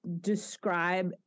describe